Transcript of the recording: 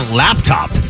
laptop